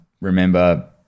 remember